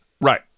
Right